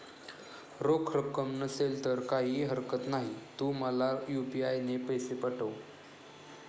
रोख रक्कम नसेल तर काहीही हरकत नाही, तू मला यू.पी.आय ने पैसे पाठव